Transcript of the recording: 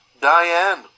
Diane